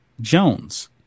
Jones